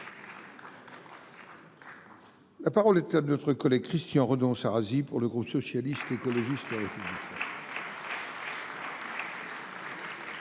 La parole est à M. Christian Redon Sarrazy, pour le groupe Socialiste, Écologiste et Républicain.